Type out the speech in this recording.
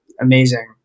Amazing